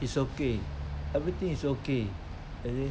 it's okay everything is okay okay